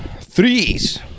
Threes